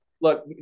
look